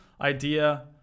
idea